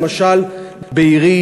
למשל בעירי,